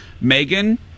megan